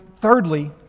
thirdly